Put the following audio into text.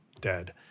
dead